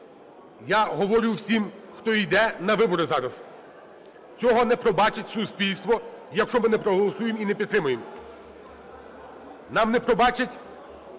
Я говорю всім, хто йде на вибори зараз, цього не пробачить суспільство, якщо ми не проголосуємо і не підтримаємо. Нам не пробачать